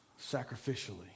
sacrificially